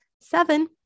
seven